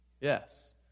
Yes